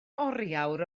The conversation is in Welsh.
oriawr